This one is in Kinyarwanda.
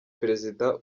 perezida